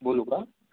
बोलू का